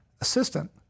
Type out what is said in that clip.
assistant